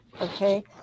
okay